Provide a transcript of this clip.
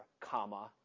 comma